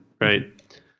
right